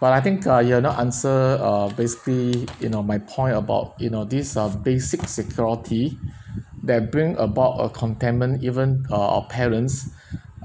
but I think uh you're not answer uh basically you know my point about you know this uh basic security that bring about a contentment even uh our parents